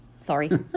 Sorry